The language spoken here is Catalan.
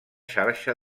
xarxa